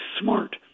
smart